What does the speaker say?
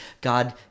God